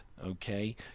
Okay